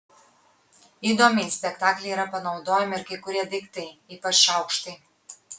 įdomiai spektaklyje yra panaudojami ir kai kurie daiktai ypač šaukštai